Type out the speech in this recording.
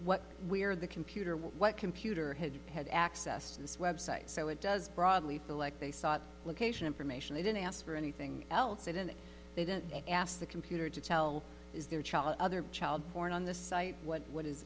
what where the computer what computer had had access to this website so it does broadly they sought location information they didn't ask for anything else they didn't they didn't ask the computer to tell is there child other child porn on the site what what is